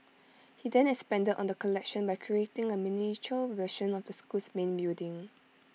he then expanded on the collection by creating A miniature version of the school's main building